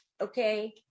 okay